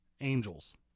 Angels